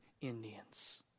Indians